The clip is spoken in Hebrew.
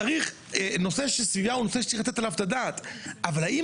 צריך לתת בנושא הזה את הדעת אבל האם